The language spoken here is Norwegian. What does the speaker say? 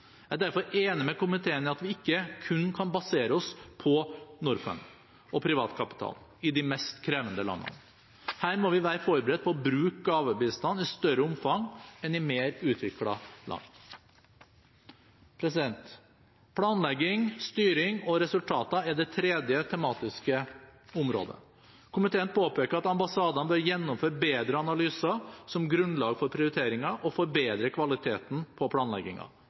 Jeg er derfor enig med komiteen i at vi ikke kun kan basere oss på Norfund og privat kapital i de mest krevende landene. Her må vi være forberedt på å bruke gavebistand i større omfang enn i mer utviklede land. Planlegging, styring og resultater er det tredje tematiske området. Komiteen påpeker at ambassadene bør gjennomføre bedre analyser som grunnlag for prioriteringer og forbedre kvaliteten på